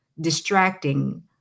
distracting